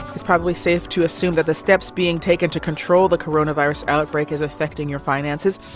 it's probably safe to assume that the steps being taken to control the coronavirus outbreak is affecting your finances.